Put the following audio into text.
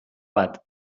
bat